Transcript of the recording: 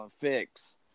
fix